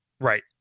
Right